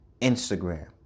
Instagram